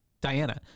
Diana